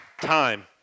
time